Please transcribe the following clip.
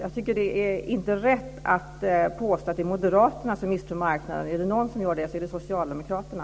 Jag tycker inte att det är rätt att påstå att det är moderaterna som misstror marknaden. Är det någon som gör det så är det socialdemokraterna.